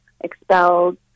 expelled